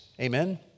Amen